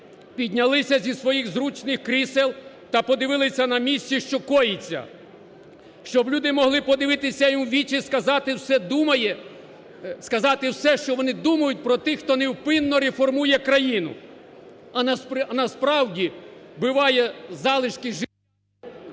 піднялися зі своїх зручних крісел та подивилися на місці, що коїться. Щоб люди могли подивитися їм у вічі і сказати все, що вони думають про тих хто невпинно реформує країну, а насправді вбиває залишки життя…